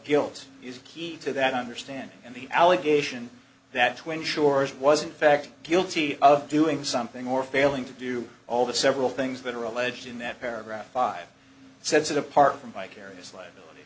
guilt is a key to that understanding and the allegation that to ensure it wasn't fact guilty of doing something or failing to do all the several things that are alleged in that paragraph five sets it apart from vicarious liability